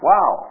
Wow